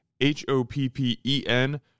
H-O-P-P-E-N